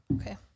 Okay